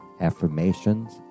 affirmations